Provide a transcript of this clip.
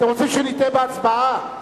אתם רוצים שנטעה בהצבעה?